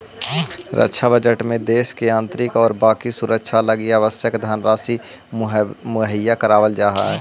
रक्षा बजट में देश के आंतरिक और बाकी सुरक्षा लगी आवश्यक धनराशि मुहैया करावल जा हई